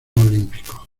olímpicos